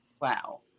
Wow